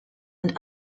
and